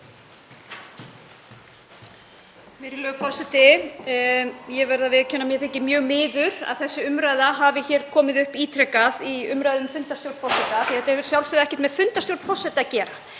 Virðulegur forseti. Ég verð að viðurkenna að mér þykir mjög miður að þessi umræða hafi komið upp ítrekað í umræðu um fundarstjórn forseta. Þetta hefur að sjálfsögðu ekkert með fundarstjórn forseta að gera.